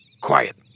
Quiet